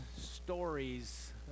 stories